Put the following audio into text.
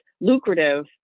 lucrative